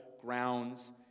grounds